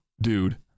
dude